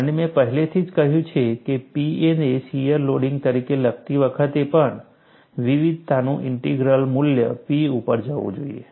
અને મેં પહેલેથી જ કહ્યું છે કે P ને શિયર લોડિંગ તરીકે લખતી વખતે પણ વિવિધતાનું ઇન્ટિગ્રલ મૂલ્ય P ઉપર જવું જોઈએ